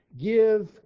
give